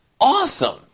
awesome